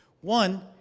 One